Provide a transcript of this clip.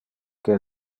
qual